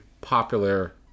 popular